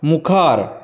मुखार